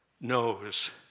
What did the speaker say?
knows